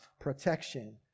protection